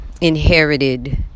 inherited